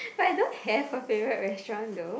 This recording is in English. but I don't have a favourite restaurant though